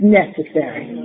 necessary